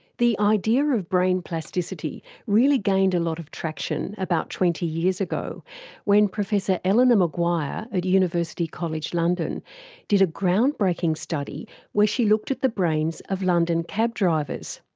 the idea of brain plasticity really gained a lot of traction about twenty years ago when professor eleanor maguire at university college london did a ground-breaking study where she looked at the brains of london cab drivers.